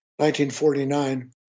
1949